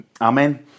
Amen